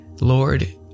Lord